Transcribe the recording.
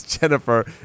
Jennifer